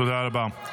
תודה רבה.